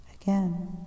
Again